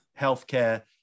healthcare